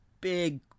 big